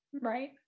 Right